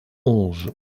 onze